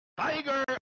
Tiger